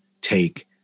take